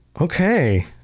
okay